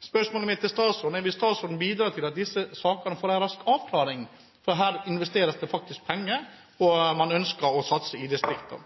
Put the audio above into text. Spørsmålet mitt til statsråden er: Vil statsråden bidra til at disse sakene får en rask avklaring? Her investeres det faktisk penger, og man ønsker å satse i distriktene.